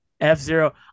f-zero